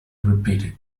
repeated